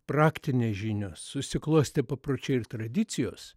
praktinės žinios susiklostę papročiai ir tradicijos